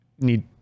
need